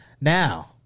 Now